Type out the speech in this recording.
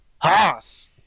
hoss